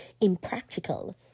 impractical